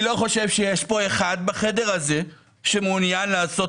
אני לא חושב שיש כאן אחד בחדר הזה שמעוניין לעשות